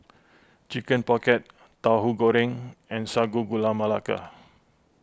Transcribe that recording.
Chicken Pocket Tauhu Goreng and Sago Gula Melaka